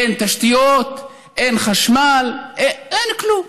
אין תשתיות, אין חשמל, אין כלום.